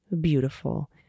beautiful